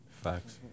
Facts